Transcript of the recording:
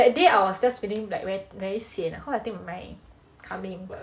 that day I was just feeling like very very sian cause I think my coming